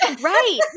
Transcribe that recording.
Right